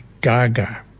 Gaga